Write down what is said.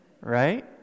right